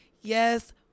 Yes